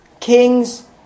kings